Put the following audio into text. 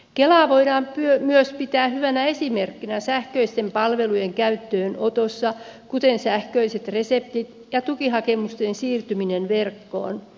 kelaa voidaan myös pitää hyvänä esimerkkinä sähköisten palvelujen käyttöönotossa kuten sähköiset reseptit ja tukihakemusten siirtyminen verkkoon